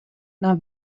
dan